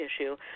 issue